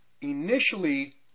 initially